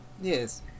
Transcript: Yes